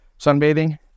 sunbathing